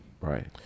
right